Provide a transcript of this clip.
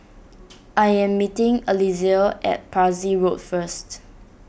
I am meeting Alesia at Parsi Road first